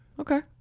Okay